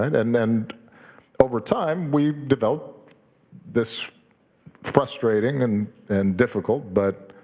and and then over time, we develop this frustrating and and difficult, but